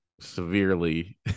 severely